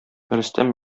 рөстәм